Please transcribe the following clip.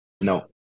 No